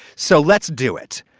so let's do it.